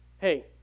hey